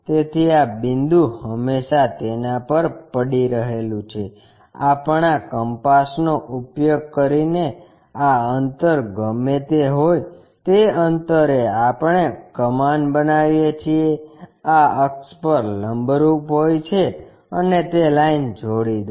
તેથી આ બિંદુ હંમેશા તેના પર પડી રહેલું છે આપણા કંપાસનો ઉપયોગ કરીને આ અંતર ગમે તે હોય તે અંતરે આપણે કમાન બનાવીએ છીએ આ અક્ષ પર લંબરૂપ હોય છે અને તે લાઈન જોડી દો